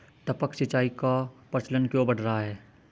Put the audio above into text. टपक सिंचाई का प्रचलन क्यों बढ़ रहा है?